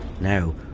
Now